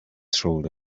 shoulder